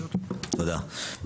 תודה.